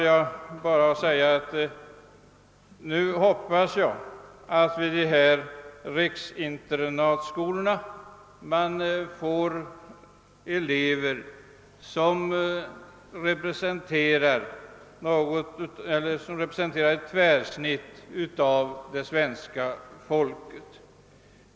Jag hoppas att man vid riksinternatskolorna får in elever som representerar ett tvärsnitt av svenska folket.